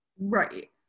Right